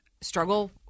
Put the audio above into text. struggle